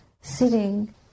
Sitting